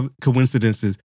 coincidences